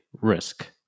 risk